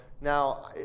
Now